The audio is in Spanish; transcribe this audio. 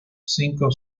cinco